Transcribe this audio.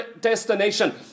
destination